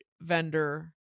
Vendor